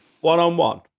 One-on-one